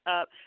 up